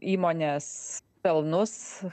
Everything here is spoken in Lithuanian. įmonės pelnus